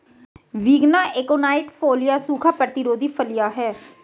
विग्ना एकोनाइट फोलिया सूखा प्रतिरोधी फलियां हैं